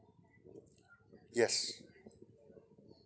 yes